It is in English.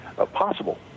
possible